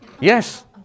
Yes